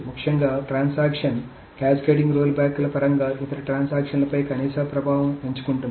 ముఖ్యంగా transaction cascading రోల్బ్యాక్ల పరంగా ఇతర ట్రాన్సాక్షన్ లపై కనీస ప్రభావాన్ని ఎంచుకుంటుంది